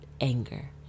anger